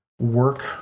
work